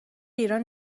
ایران